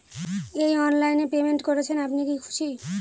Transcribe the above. এই অনলাইন এ পেমেন্ট করছেন আপনি কি খুশি?